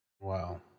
Wow